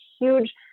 huge